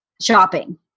shopping